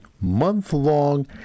month-long